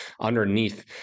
underneath